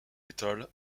metal